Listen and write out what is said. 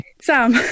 Sam